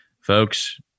Folks